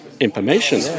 information